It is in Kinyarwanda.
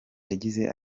yagize